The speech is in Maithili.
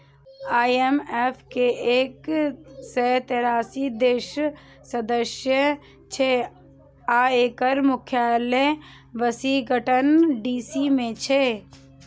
आई.एम.एफ के एक सय तेरासी देश सदस्य छै आ एकर मुख्यालय वाशिंगटन डी.सी मे छै